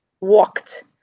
walked